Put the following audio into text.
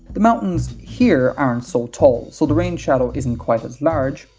the mountains here aren't so tall so the rain shadow isn't quite as large,